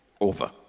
over